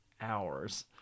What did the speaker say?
hours